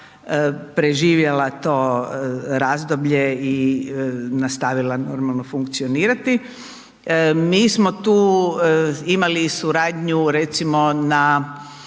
preživjela to razdoblje i nastavila normalno funkcionirati. Mi smo tu imali i suradnju recimo na